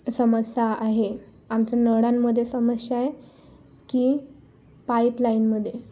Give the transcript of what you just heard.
समस्या आहे आमचं नळांमध्ये समस्या आहे की पाईपलाईनमध्ये